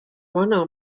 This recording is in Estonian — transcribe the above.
vana